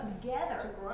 together